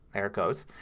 there it goes.